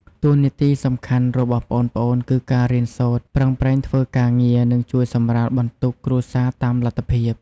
តួនាទីសំខាន់របស់ប្អូនៗ គឺការរៀនសូត្រ ប្រឹងប្រែងធ្វើការងារ និងជួយសម្រាលបន្ទុកគ្រួសារតាមលទ្ធភាព។